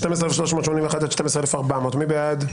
12,321 עד 12,340, מי בעד?